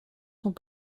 sont